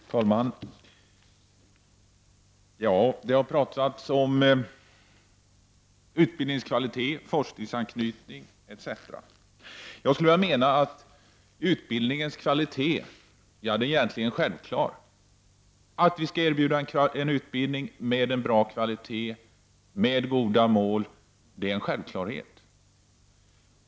Herr talman! Det har talats om utbildningskvalitet, forskningsanknytning etc. Jag skulle vilja säga att utbildningens kvalitet egentligen är självklar. Vi skall erbjuda en utbildning med en bra kvalitet, med goda mål. Det är en självklarhet.